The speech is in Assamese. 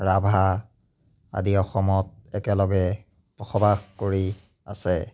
ৰাভা আদি অসমত একেলগে বসবাস কৰি আছে